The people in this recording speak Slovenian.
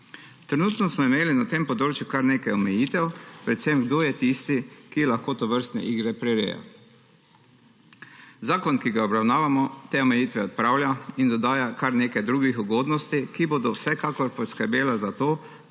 Trenutno smo imeli na tem področju kar nekaj omejitev, predvsem kdo je tisti, ki lahko tovrstne igre prireja. Zakon, ki ga obravnavamo, te omejitve odpravlja in dodaja kar nekaj drugih ugodnosti, ki bodo vsekakor poskrbele za to,